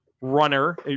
runner